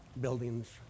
buildings